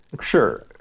Sure